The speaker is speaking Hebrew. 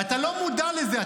אתה לא מודע לזה.